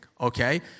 okay